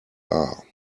are